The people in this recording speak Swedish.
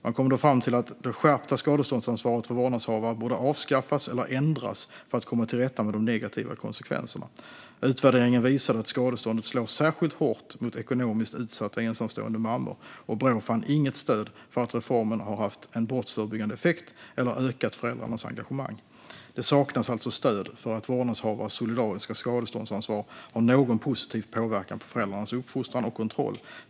Man kom då fram till att det skärpta skadeståndsansvaret för vårdnadshavare borde avskaffas eller ändras för att komma till rätta med de negativa konsekvenserna. Utvärderingen visade att skadeståndet slår särskilt hårt mot ekonomiskt utsatta ensamstående mammor, och Brå fann inget stöd för att reformen har haft en brottsförebyggande effekt eller ökat föräldrarnas engagemang. Det saknas alltså stöd för att vårdnadshavares solidariska skadeståndsansvar har någon positiv påverkan på föräldrarnas uppfostran och kontroll.